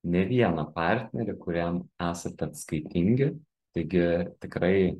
ne vieną partnerį kuriam esate atskaitingi taigi tikrai